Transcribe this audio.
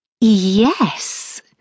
Yes